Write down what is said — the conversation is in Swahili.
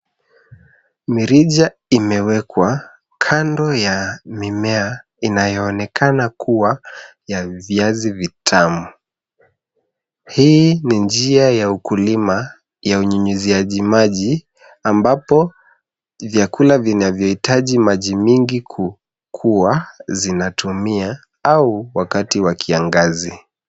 Mirija imewekwa kando ya mimea inayoonekana kuwa ya viazi vitamu. Hii ni njia ya ukulima ya unyunyuziaji maji ambapo vyakula vinavyohitaji maji mingi kukua zinatumia au wakati wa kiangazi.